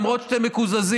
למרות שאתם מקוזזים,